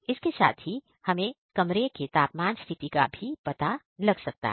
इसके साथ हमें कमरे के तापमान स्थिति का भी पता लग सकता है